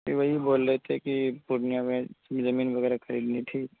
جی وہی بول رہے تھے کہ پورنیہ میں زمین وغیرہ خریدنی تھی